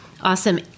Awesome